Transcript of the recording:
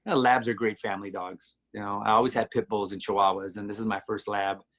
ah labs are great family dogs. you know i always had pitbulls and chihuahuas and this is my first lab.